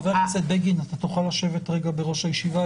חבר הכנסת בגין, אתה תוכל לשבת רגע בראש הישיבה?